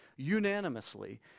unanimously